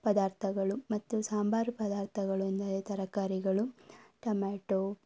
ಪದಾರ್ಥಗಳು ಮತ್ತು ಸಾಂಬಾರು ಪದಾರ್ಥಗಳು ಎಂದರೆ ತರಕಾರಿಗಳು ಟಮೇಟೋ